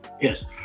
yes